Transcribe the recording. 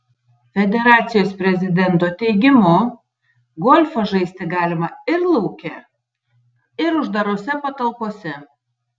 federacijos prezidento teigimu golfą žaisti galima ir lauke ir uždarose patalpose